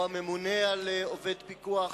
או הממונה על עובד פיקוח,